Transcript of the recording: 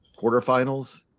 quarterfinals